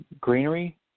greenery